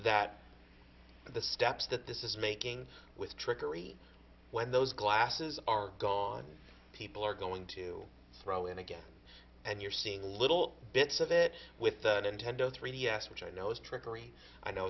that the steps that this is making with trickery when those glasses are gone people are going to throw in again and you're seeing little bits of it with the unintended three d s which i know is trickery i know